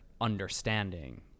understanding